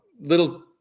little